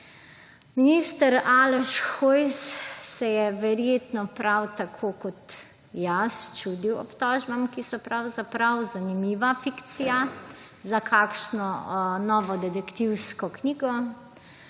Minister Aleš Hojs se je verjetno prav tako kot jaz čudil obtožbam, ki so pravzaprav zanimiva fikcija za kakšno novo detektivsko knjigo.